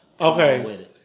Okay